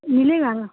मिलेगा